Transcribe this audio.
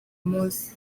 munsi